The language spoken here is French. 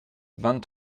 vingt